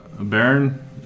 Baron